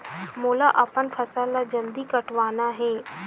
मोला अपन फसल ला जल्दी कटवाना हे?